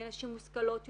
נשים משכילות יותר,